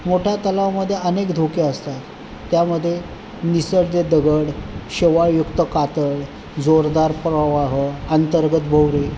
मोठ्या तलावामधे अनेक धोके असतात त्यामधे निसरडे दगड शेवाळयुक्त कातळ जोरदार प्रवाह अंतर्गत भोवरे